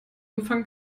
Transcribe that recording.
empfang